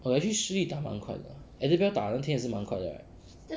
well actually shi yi 打蛮快的 adabel 打那天也是蛮快的 right